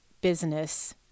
business